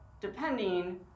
depending